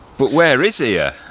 but where is here?